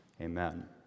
Amen